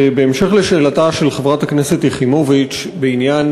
בהמשך לשאלתה של חברת הכנסת יחימוביץ בעניין